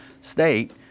state